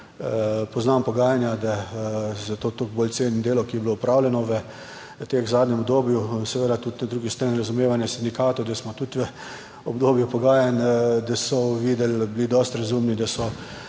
poznam pogajanja, da zato toliko bolj cenim delo, ki je bilo opravljeno v tem zadnjem obdobju in seveda tudi na drugi strani razumevanje sindikatov, da smo tudi v obdobju pogajanj, da so uvideli, bili dosti razumni, da so